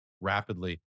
rapidly